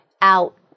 out